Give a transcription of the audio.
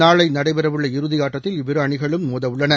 நாளை நடைபெறவுள்ள இறுதி ஆட்டத்தில் இவ்விரு அணிகளும் மோத உள்ளன